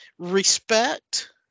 respect